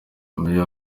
meya